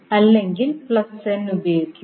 അല്ലെങ്കിൽ n ഉപയോഗിക്കുക